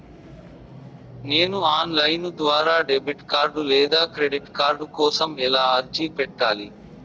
నేను online ద్వారా debit card లేదా క్రెడిట్ కార్డు కోసం ఎలా అర్జీ పెట్టాలి?